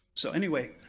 so anyway,